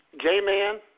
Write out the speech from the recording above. J-Man